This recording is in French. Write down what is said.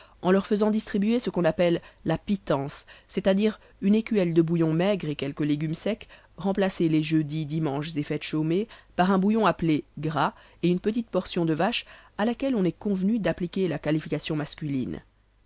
en leur faisant distribuer ce qu'on appelle la pitence c'est-à-dire une écuelle de bouillon maigre et quelques légumes secs remplacés les jeudis dimanches et fêtes chômées par un bouillon appelé gras et une petite portion de vache à laquelle on est convenu d'appliquer la qualification masculine